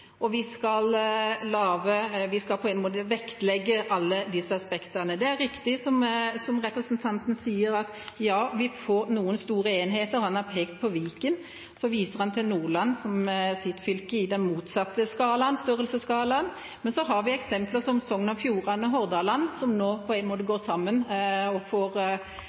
vi har kultur, og vi skal på en måte vektlegge alle disse aspektene. Det er riktig som representanten sier: Ja, vi får noen store enheter. Han har pekt på Viken, og han viser til sitt fylke, Nordland, i den motsatte enden av størrelsesskalaen. Men så har vi eksempler som Sogn og Fjordane og Hordaland, som nå går sammen og blir større, vi har mine egne hjemtrakter, Aust- og